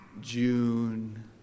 June